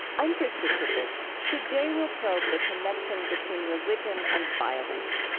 i'm krista tippett. today we'll probe the connection between religion and violence.